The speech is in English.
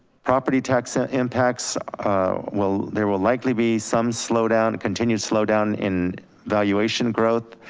property tax ah impacts will, there will likely be some slowdown, continued slowdown in valuation growth.